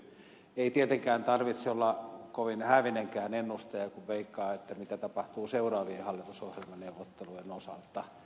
ei tietenkään tarvitse olla kovin häävinenkään ennustaja kun veikkaa mitä tapahtuu seuraavien hallitusohjelmaneuvottelujen osalta